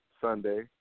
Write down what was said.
Sunday